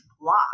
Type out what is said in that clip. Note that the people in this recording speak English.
block